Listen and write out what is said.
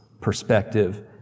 perspective